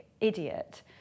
idiot